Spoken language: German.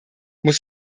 muss